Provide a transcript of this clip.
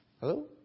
Hello